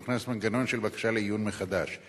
הוכנס מנגנון של בקשה לעיון מחדש.